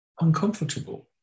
uncomfortable